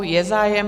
Je zájem.